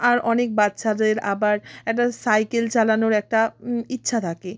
আর অনেক বাচ্ছাদের আবার একটা সাইকেল চালানোর একটা ইচ্ছা থাকে